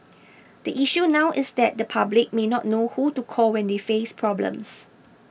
the issue now is that the public may not know who to call when they face problems